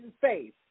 faith